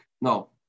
No